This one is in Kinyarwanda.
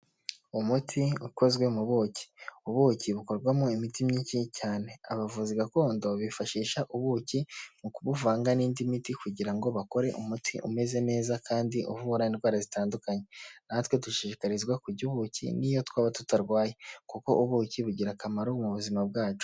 Umuti ukozwe mu buki, ubuki bukorwamo imiti myinshi cyane, abavuzi gakondo bifashisha ubuki mu kubuvanga n'indi miti kugira ngo bakore umuti umeze neza kandi uvura indwara zitandukanye. Natwe dushishikarizwa kurya ubuki n'iyo twaba tutarwaye kuko ubuki bugira akamaro mu buzima bwacu.